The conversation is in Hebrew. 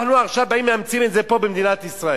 ועכשיו אנחנו באים ומאמצים את זה פה במדינת ישראל.